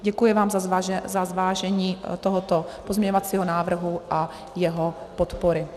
Děkuji vám za zvážení tohoto pozměňovacího návrhu a jeho podpory.